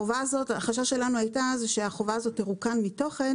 החשש שלנו היה שהחובה הזאת תרוקן מתוכן